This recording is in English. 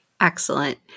excellent